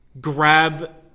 grab